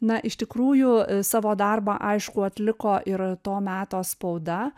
na iš tikrųjų savo darbą aišku atliko ir to meto spauda